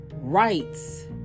rights